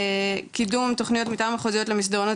קידום תוכניות מתאר מחוזיות למסדרונות